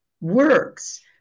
works